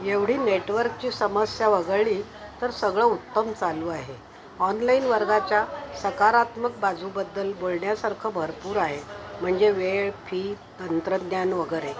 एवढी नेटवर्कची समस्या वगळली तर सगळं उत्तम चालू आहे ऑनलाईन वर्गाच्या सकारात्मक बाजूबद्दल बोलण्यासारखं भरपूर आहे म्हणजे वेळ फी तंत्रज्ञान वगैरे